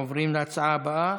עוברים להצעה הבאה,